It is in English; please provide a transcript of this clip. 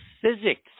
physics